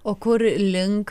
o kur link